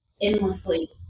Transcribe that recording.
endlessly